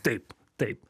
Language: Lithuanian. taip taip